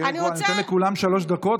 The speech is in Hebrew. תראי, אני נותן לכולם שלוש דקות.